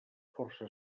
força